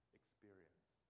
experience